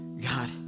God